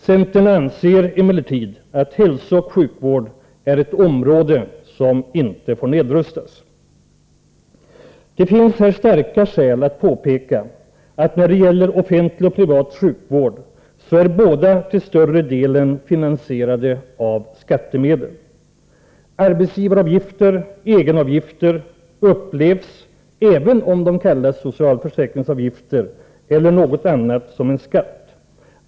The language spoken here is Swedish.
Centern anser emellertid att hälsooch sjukvård är ett område som inte får nedrustas. Det finns här starka skäl att påpeka att när det gäller offentlig och privat sjukvård så är båda till större delen finansierade av skattemedel. Arbetsgivaravgifter/egenavgifter upplevs som skatter även om de kallas socialförsäkringsavgifter eller något annat.